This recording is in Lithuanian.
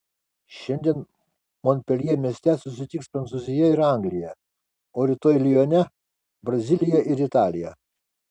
šiandien monpeljė mieste susitiks prancūzija ir anglija o rytoj lione brazilija ir italija